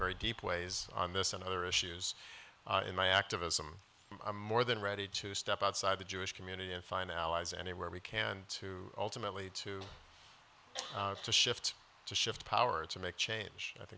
very deep ways on this and other issues in my activism i'm more than ready to step outside the jewish community and find allies anywhere we can to ultimately to to shift to shift power to make change